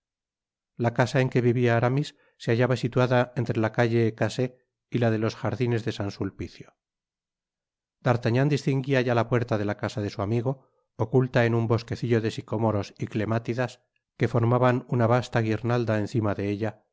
la casa en que vivia aramis se hamába situada entre la calle casset y la de los jardines de san sulpicio d'artagnan distinguía ya la puerta de la casa de su amigo oculta en un bbsquecillo de sicomoros y clemátidas que formaban una vasta guirnalda encima de ella